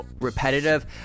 repetitive